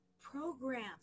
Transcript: programs